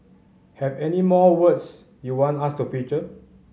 have any more words you want us to feature